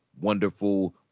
wonderful